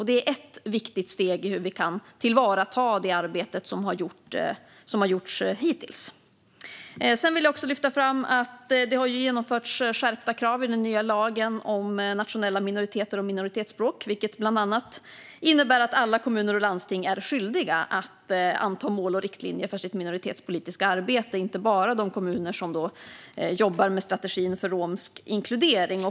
Det är ett viktigt steg i hur vi kan tillvarata det arbete som har gjorts hittills. Jag vill också lyfta fram att det har genomförts skärpta krav i den nya lagen om nationella minoriteter och minoritetsspråk, vilket bland annat innebär att alla kommuner och landsting är skyldiga att anta mål och riktlinjer för sitt minoritetspolitiska arbete. Det gäller alltså inte bara de kommuner som jobbar med strategin för romsk inkludering.